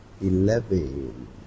eleven